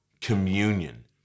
communion